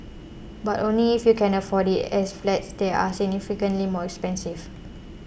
but only if you can afford it as flats there are significantly more expensive